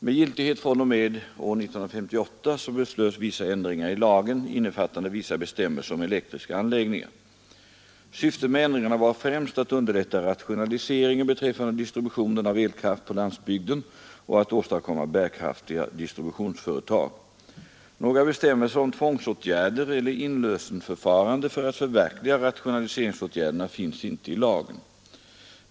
Med giltighet fr.o.m. år 1958 beslöts vissa ändringar i lagen, innefattande vissa bestämmelser om elektriska anläggningar. Syftet med ändringarna var främst att underlätta rationaliseringen beträffande distributionen av elkraft på landsbygden och att åstadkomma bärkraftiga distributionsföretag. Några bestämmelser om tvångsåtgärder eller inlösenförfarande för att förverkliga rationaliseringsåtgärderna finns inte i lagen.